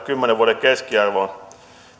kymmenen vuoden keskiarvoon